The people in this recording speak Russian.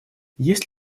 есть